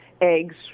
eggs